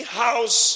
house